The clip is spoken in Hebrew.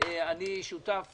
אני שותף